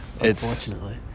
Unfortunately